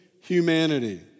humanity